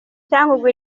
cyangugu